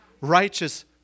Righteous